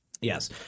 yes